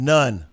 None